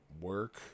work